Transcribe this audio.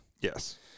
Yes